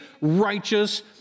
righteous